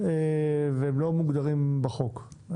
והם לא מוגדרים בחוק?